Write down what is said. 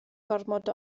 gormod